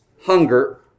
hunger